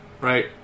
Right